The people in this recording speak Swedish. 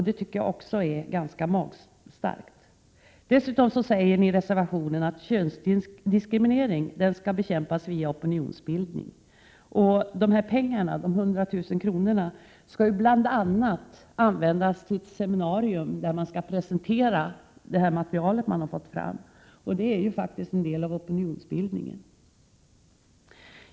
Det tycker jag också är ganska magstarkt. Därtill säger ni i reservationen att könsdiskriminering skall bekämpas via opinionsbildning. De 100 000 kr. det här handlar om skall bl.a. användas till ett seminarium där det material man har fått fram skall presenteras. Det är faktiskt en del av opinionsbildningen.